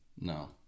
No